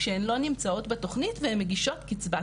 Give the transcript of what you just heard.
שהן לא נמצאות בתוכנית והן מגישות קצבת